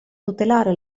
tutelare